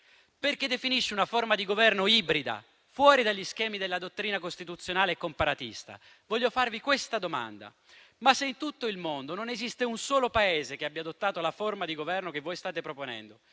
perché definisce una forma di governo ibrida, fuori dagli schemi della dottrina costituzionale e comparatista. Voglio farvi una domanda. Ma se in tutto il mondo non esiste un solo Paese che abbia adottato la forma di governo che voi state proponendo,